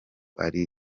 ari